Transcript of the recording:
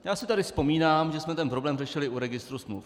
Já si vzpomínám, že jsme ten problém řešili u registru smluv.